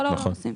בכל העולם עושים.